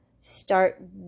start